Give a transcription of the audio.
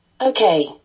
Okay